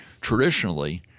traditionally